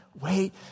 wait